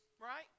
right